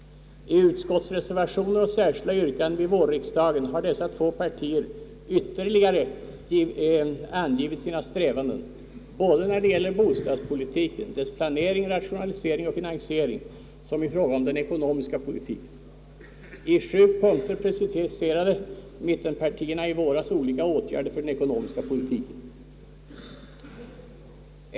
I utskottsreservationer och särskilda yttranden vid vårriksdagen har dessa två partier ytterligare angivit sina strävanden, såväl när det gäller bostadspolitiken, dess planering, rationalisering och finansiering, som i fråga om den ekonomiska politiken. I sju punkter preciserade mittenpartierna i våras olika åtgärder för den ekonomiska politiken.